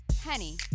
Henny